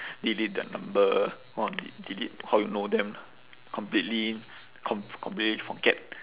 delete their number or delete how you know them lah completely com~ completely forget